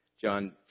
John